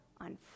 on